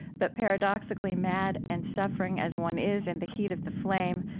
but, paradoxically, mad and suffering as one is in the heat of the flame,